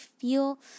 feel